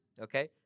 Okay